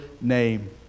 name